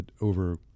over